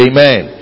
Amen